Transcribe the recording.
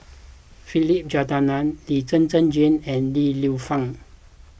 Philip Jeyaretnam Lee Zhen Zhen Jane and Li Lienfung